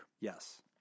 Yes